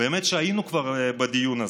באמת שכבר היינו בדיון הזה,